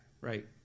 right